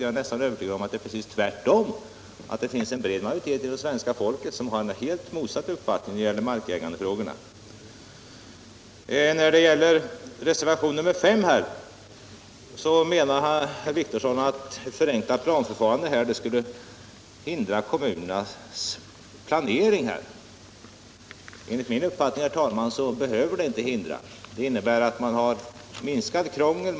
Jag är nästan övertygad om att det är precis tvärtom, att det finns en bred majoritet inom svenska folket som har en helt motsatt uppfattning då det gäller markägandefrågorna. När det gäller reservationen 5 menar herr Wictorsson att ett förenklat planförfarande skulle hindra kommunernas planering. Enligt min uppfattning, herr talman, behöver det inte hindra, men det innebär ett minskat krångel.